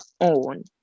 own